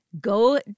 go